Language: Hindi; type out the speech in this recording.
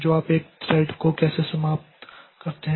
तो आप एक थ्रेड को कैसे समाप्त करते हैं